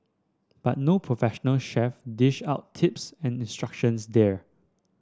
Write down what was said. but no professional chef dish out tips and instructions there